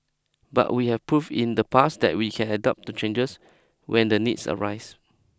but we have prove in the past that we can adopt to changes when the needs arise